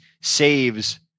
saves